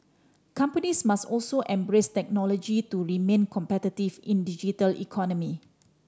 companies must also embrace technology to remain competitive in digital economy